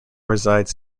resides